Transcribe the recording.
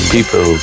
People